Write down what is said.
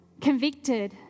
convicted